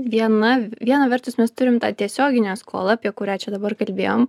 viena viena vertus mes turim tą tiesioginę skolą apie kurią čia dabar kalbėjom